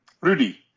Rudy